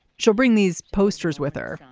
she'll bring these posters with her.